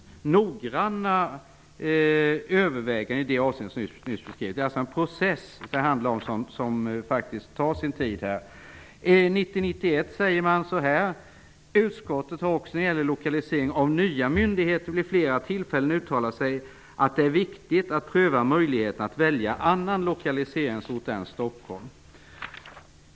Det handlar alltså om en process som faktiskt tar sin tid. I ett betänkande från 1990/91 säger man så här: Utskottet har också när det gäller lokalisering av nya myndigheter vid flera tillfällen uttalat att det är viktigt att pröva möjligheterna att välja annan lokaliseringsort än Stockholm.